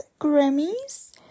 grammys